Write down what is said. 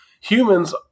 Humans